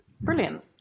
Brilliant